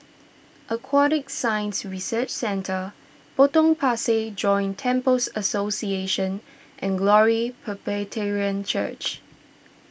Aquatic Science Research Centre Potong Pasir Joint Temples Association and Glory Presbyterian Church